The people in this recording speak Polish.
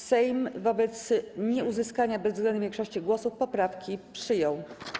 Sejm wobec nieuzyskania bezwzględnej większości głosów poprawki przyjął.